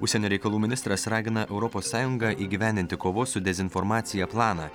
užsienio reikalų ministras ragina europos sąjungą įgyvendinti kovos su dezinformacija planą